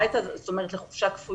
הביתה, זאת אומרת לחופשה כפויה.